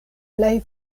plej